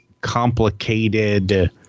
complicated